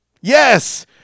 Yes